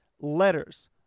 Letters